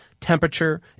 temperature